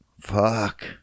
fuck